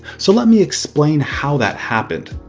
so let me explain how that happened.